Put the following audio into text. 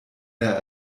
der